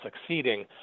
succeeding